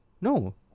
no